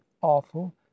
awful